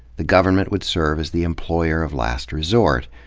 the government would serve as the employer of last resort,